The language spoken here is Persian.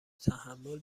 تحمل